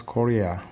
Korea